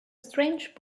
strange